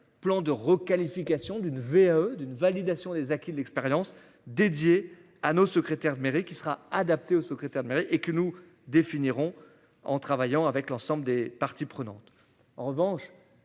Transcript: plan de requalification d'une VAE d'une validation des acquis de l'expérience dédié à nos secrétaires de mairie qui sera adapté au secrétaire de mairie et que nous définirons en travaillant avec l'ensemble des parties prenantes.